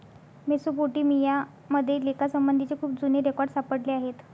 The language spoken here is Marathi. मेसोपोटेमिया मध्ये लेखासंबंधीचे खूप जुने रेकॉर्ड सापडले आहेत